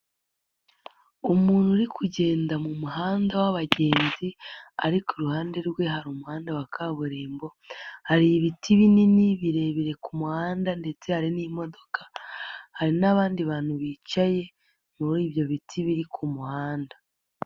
Umuntu uri kugenda mu muhanda w'abagenzi ariko iruhande rwe hari umuhanda wa kaburimbo, hari ibiti binini birebire ku muhanda ndetse hari n'imodoka, hari n'abandi bantu bicaye muri ibyo biti biri ku muhanda.